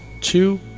two